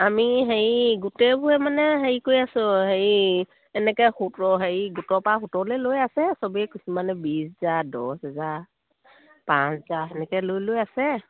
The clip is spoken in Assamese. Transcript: আমি হেৰি গোটেইবোৰে মানে হেৰি কৰি আছোঁ হেৰি এনেকৈ সুত হেৰি গোটৰ পৰা সুতলৈ লৈ আছে চবেই কিছুমানে বিছ হাজাৰ দহ হাজাৰ পাঁচ হাজাৰ তেনেকৈ লৈ লৈ আছে